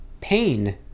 pain